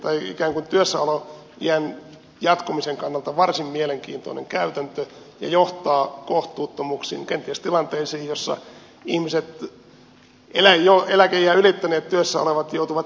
se on tämän työssäoloiän jatkumisen kannalta varsin mielenkiintoinen käytäntö ja johtaa kohtuuttomuuksiin kenties tilanteisiin joissa jo eläkeiän ylittäneet työssä olevat joutuvat irtisanoutumaan